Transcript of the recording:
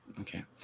Okay